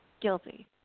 Guilty